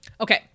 Okay